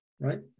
right